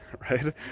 right